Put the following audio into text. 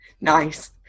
Nice